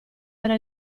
era